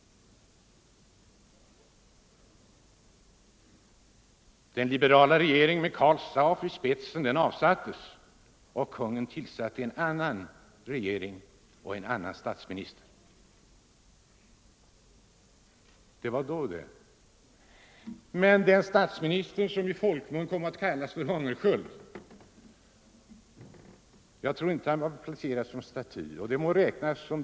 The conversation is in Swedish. Den liberala regeringen med Karl Staaff i spetsen avsattes och kungen tillsatte en annan statsminister och en annan regering. Det var då det. Den statsministern som tillsattes kom i folkmun att kallas för Hungerskjöld. Jag tror inte att han har hedrats med någon staty.